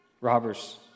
robbers